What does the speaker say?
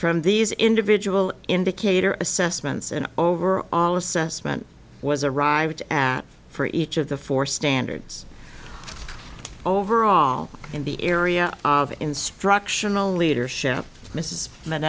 from these individual indicator assessments an overall assessment was arrived at for each of the four standards overall in the area of instructional leadership mrs mi